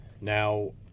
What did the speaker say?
Now